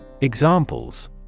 Examples